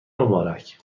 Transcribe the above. مبارک